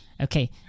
Okay